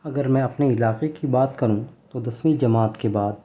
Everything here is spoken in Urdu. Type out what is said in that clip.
اگر میں اپنے علاقے کی بات کروں تو دسویں جماعت کے بعد